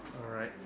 alright